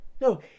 No